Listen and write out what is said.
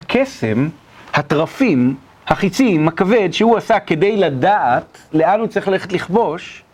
קסם, התרפים, החיצים, הכבד שהוא עשה כדי לדעת לאן הוא צריך ללכת לכבוש